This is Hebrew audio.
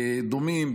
דומים,